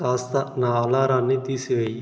కాస్త నా అలారాన్ని తీసివేయి